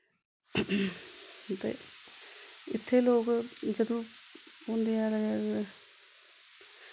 ते इत्थै लोक जदूं होंदियां